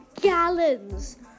gallons